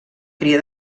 cria